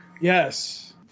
yes